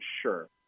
Sure